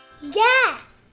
Yes